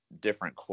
different